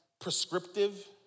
prescriptive